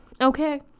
Okay